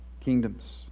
kingdoms